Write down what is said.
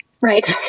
right